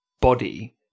body